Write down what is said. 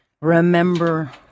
remember